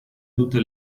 tutte